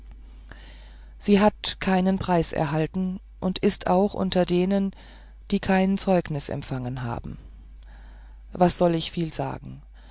sie hat keinen preis erhalten und ist auch unter denen die kein zeugnis empfangen haben was soll ich viel sagen